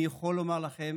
אני יכול לומר לכם